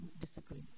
disagree –